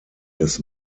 des